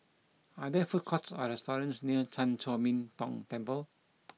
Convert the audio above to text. are there food courts or restaurants near Chan Chor Min Tong Temple